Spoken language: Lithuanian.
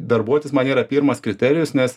darbuotis man yra pirmas kriterijus nes